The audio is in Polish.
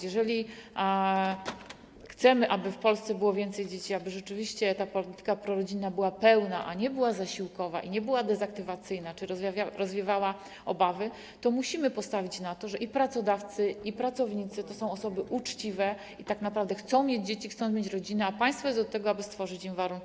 Jeżeli chcemy, aby w Polsce było więcej dzieci, aby rzeczywiście ta polityka prorodzinna była pełna, a nie zasiłkowa i dezaktywacyjna, aby rozwiewała obawy, to musimy postawić na to, że pracodawcy i pracownicy to są osoby uczciwe i że kobiety naprawdę chcą mieć dzieci, chcą mieć rodziny, a państwo jest od tego, aby stworzyć im warunki.